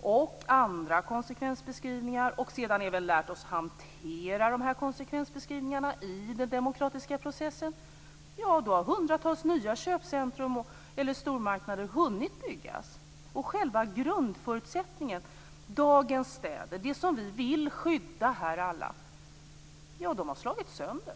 och även andra konsekvensbeskrivningar och även lärt oss hantera dessa i den demokratiska processen, har hunnit bygga hundratals nya köpcentrum eller stormarknader. Själva grundförutsättningen för dagens städer, det som vi alla här vill skydda, har då slagits sönder.